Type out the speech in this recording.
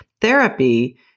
therapy